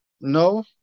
no